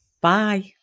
bye